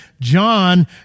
John